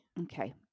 Okay